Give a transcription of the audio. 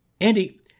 Andy